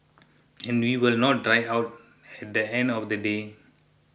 and we will not die out at the end of the day